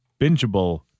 bingeable